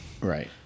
Right